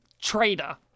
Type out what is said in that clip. Traitor